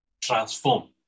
transform